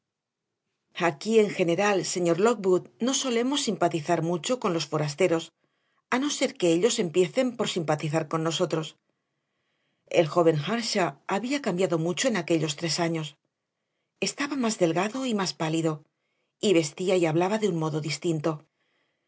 aquí en general señor lockwood no solemos simpatizar mucho con los forasteros a no ser que ellos empiecen por simpatizar con nosotros el joven earnshaw había cambiado mucho en aquellos tres años estaba más delgado y más pálido y vestía y hablaba de un modo distinto